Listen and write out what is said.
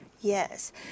Yes